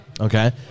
Okay